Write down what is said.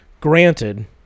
Granted